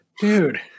Dude